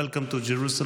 Welcome to Jerusalem,